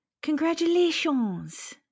Congratulations